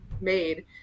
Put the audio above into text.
made